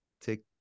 Take